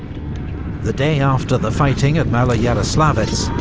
the day after the fighting at maloyaroslavets,